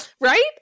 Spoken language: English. right